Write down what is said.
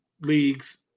leagues